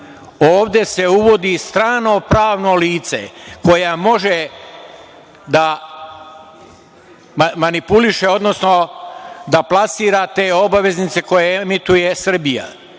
ovde se uvodi strano pravno lice koje može da manipuliše, odnosno da plasira te obveznice koje emituje Srbija.